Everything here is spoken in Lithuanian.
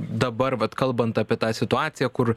dabar vat kalbant apie tą situaciją kur